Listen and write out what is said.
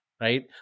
right